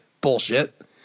bullshit